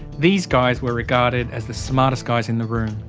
these guys were regarded as the smartest guys in the room.